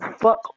Fuck